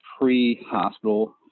pre-hospital